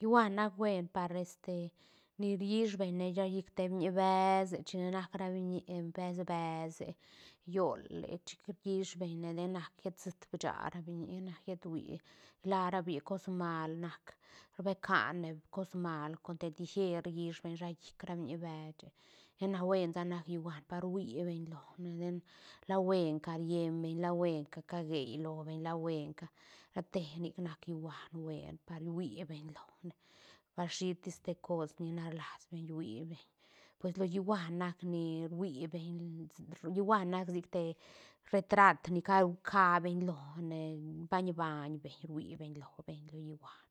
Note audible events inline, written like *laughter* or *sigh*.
Hïhuan nac buen par este ni riis beñ ne shallic te biñi bese china rac ra biñi bees beese giole chic riis beñ ne ten nac llet sciit bicha ra biñiga nac llet uii rlara biñiga cos mal nac rbecane cos mal con te tiger riis beñ shallic ra biñi beche lla na huensa nac hïhuan par hui beñ lo beñ ten la huenca rieñ beñ la huenca cagei lobeñ la huenca ra te nic nac hïhuan buen par hui beñ lone bal shi tis te cos ni nac rlas beñ hui beñ pues lo hïhuan nac ni ruhui beñ *unintelligible* hïhuan nac sic te retraat ni ca- ca beñ lone baiñ-baiñ beñ rhui beñ lo beñ lo hïhuan